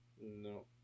No